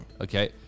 Okay